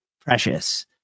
precious